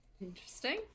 interesting